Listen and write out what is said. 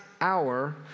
hour